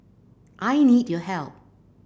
I need your help